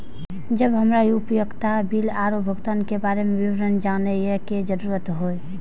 जब हमरा उपयोगिता बिल आरो भुगतान के बारे में विवरण जानय के जरुरत होय?